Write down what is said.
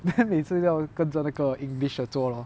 then 每次都要跟着那个 english 的做 lor